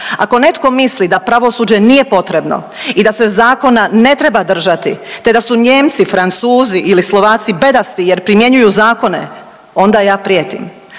Ako netko misli da pravosuđe nije potrebno i da se zakona ne treba držati, te da su Nijemci, Francuzi ili Slovaci bedasti jer primjenjuju zakone onda ja prijetim.